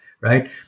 right